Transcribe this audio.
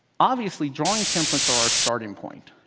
obviously, drawing templates are our starting point.